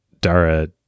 Dara